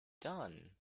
done